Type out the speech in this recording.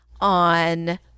on